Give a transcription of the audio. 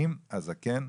האם הזקן,